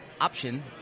option